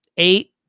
eight